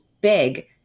big